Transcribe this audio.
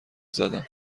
زدم